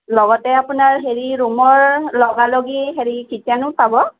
লগতে আপোনাৰ হেৰি ৰুমৰ লগা লগি হেৰি কিটচেনো পাব